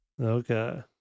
Okay